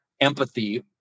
empathy